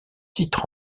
titre